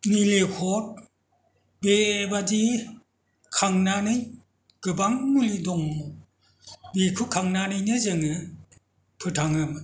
निलिफर बेबायदि खांनानै गोबां मुलि दं बेखौ खांनानैनो जोङो फोथाङोमोन